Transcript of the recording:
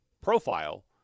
profile